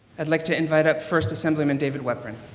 i'd like to invite up first assemblymen david weprin.